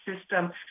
system